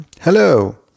Hello